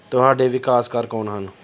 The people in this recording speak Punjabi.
ਤੁਹਾਡੇ ਵਿਕਾਸਕਾਰ ਕੌਣ ਹਨ